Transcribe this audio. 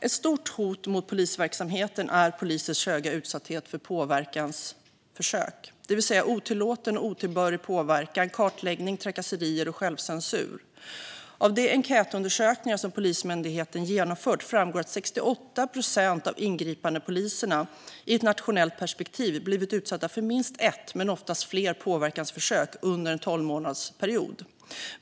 Ett stort hot mot polisverksamheten är polisers höga utsatthet för påverkansförsök, det vill säga otillåten och otillbörlig påverkan, kartläggning, trakasserier och självcensur. Av de enkätundersökningar som Polismyndigheten genomfört framgår att 68 procent av ingripandepoliserna, i ett nationellt perspektiv, blivit utsatta för minst ett men oftast fler påverkansförsök under en tolvmånadersperiod.